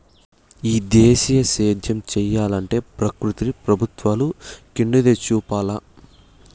ఈ దేశీయ సేద్యం సెయ్యలంటే ప్రకృతి ప్రభుత్వాలు కెండుదయచూపాల